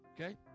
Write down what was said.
okay